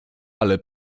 ale